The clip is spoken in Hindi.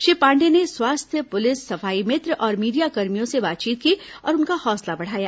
श्री पांडेय ने स्वास्थ्य पुलिस सफाई मित्र और मीडियाकर्मियों से बातचीत की और उनका हौसला बढ़ाया